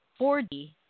4D